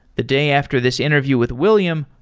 the day after this interview with william,